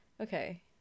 Okay